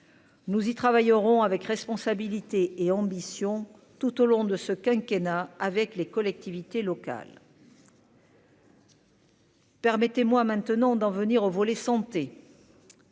nous y travaillerons avec responsabilité et ambition tout au long de ce quinquennat avec les collectivités locales. Permettez-moi maintenant d'en venir au volet santé.